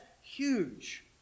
huge